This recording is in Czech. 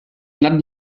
nad